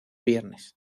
viernes